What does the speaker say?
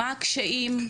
מהם הקשיים?